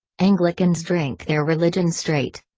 anglicans drink their religion straight.